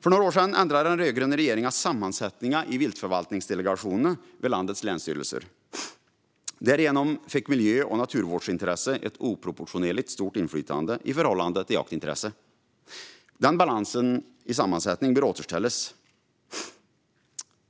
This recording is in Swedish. För några år sedan ändrade den rödgröna regeringen sammansättningen hos viltförvaltningsdelegationerna vid landets länsstyrelser. Därigenom fick miljö och naturvårdsintresset ett oproportionerligt stort inflytande i förhållande till jaktintresset. Balansen i sammansättningen bör återställas.